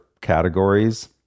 categories